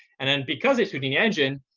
and then because it's houdini engine,